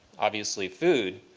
obviously food.